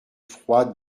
froide